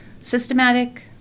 Systematic